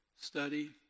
study